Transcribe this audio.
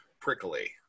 prickly